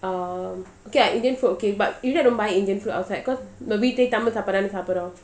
um okay ah indian food okay but usually I don't buy indian food outside cause தமிழ்சாப்பாடுதானேசாப்பிடறோம்:tamil sapaduthane sapdrom